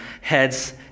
heads